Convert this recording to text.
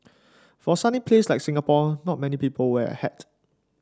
for a sunny place like Singapore not many people wear a hat